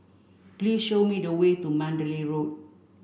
please show me the way to Mandalay Road